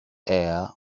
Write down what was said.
air